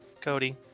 Cody